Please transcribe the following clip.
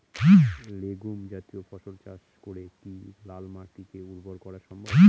Legume জাতীয় ফসল চাষ করে কি লাল মাটিকে উর্বর করা সম্ভব?